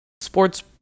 sports